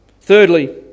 Thirdly